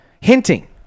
Hinting